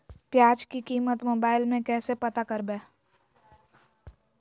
प्याज की कीमत मोबाइल में कैसे पता करबै?